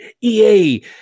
EA